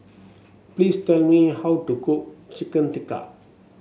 please tell me how to cook Chicken Tikka